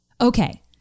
Okay